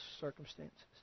circumstances